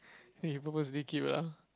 then you purposely keep lah